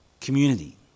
community